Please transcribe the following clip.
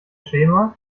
schema